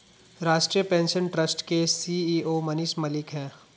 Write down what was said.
राष्ट्रीय pension trust के CEO Manish Malik है